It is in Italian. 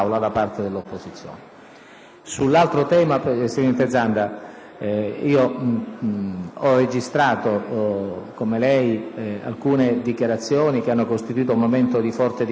da lei posto, presidente Zanda, ho registrato, come lei, alcune dichiarazioni che hanno costituito un momento di forte dibattito politico.